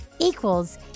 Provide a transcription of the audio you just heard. equals